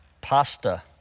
Pasta